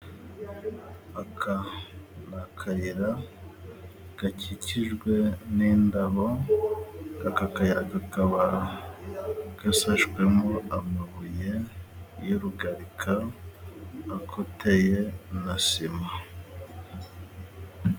Aka ni akayira gakikijwe n'indabo, aka kayira kakaba gashashwemo amabuye y'urugarika, akoteye na sima.